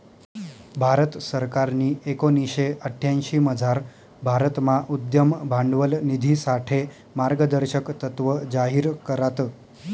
भारत सरकारनी एकोणीशे अठ्यांशीमझार भारतमा उद्यम भांडवल निधीसाठे मार्गदर्शक तत्त्व जाहीर करात